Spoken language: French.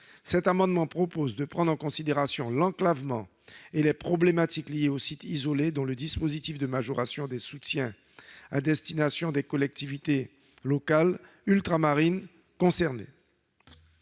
cet amendement vise à prendre en considération l'enclavement et les problématiques liées aux sites isolés dans le dispositif de majoration des soutiens à destination des collectivités territoriales ultramarines concernées.